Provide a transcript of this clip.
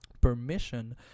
permission